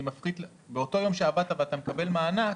באותו יום שעבדת ואתה מקבל מענק,